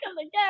again